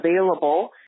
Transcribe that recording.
available